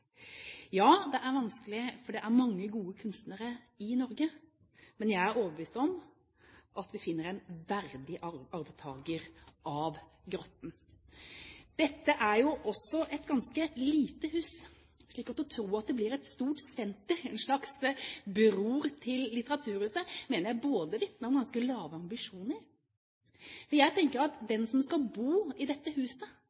Ja, det er vanskelig, for det er mange gode kunstnere i Norge, men jeg er overbevist om at vi finner en verdig arvtager til Grotten. Dette er jo også et ganske lite hus, slik at å tro at det blir et stort senter, en slags bror til Litteraturhuset, mener jeg vitner om ganske lave ambisjoner, for jeg tenker at